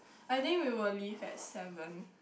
I think we will leave at seven